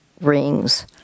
rings—